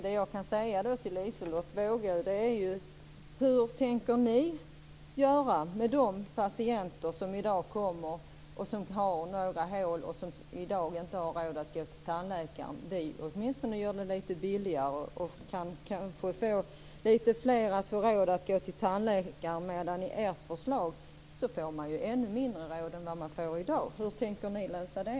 Det jag kan säga till Liselotte Wågö är: Hur tänker ni göra med de patienter som har några hål men som i dag inte har råd att gå till tandläkaren? Vi gör det åtminstone litet billigare och kan kanske få några fler att få råd att gå till tandläkaren. Med ert förslag får man ännu mindre råd än man har i dag. Hur tänker ni lösa det?